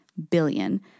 Billion